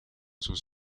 sus